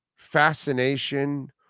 Fascination